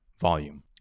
volume